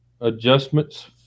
adjustments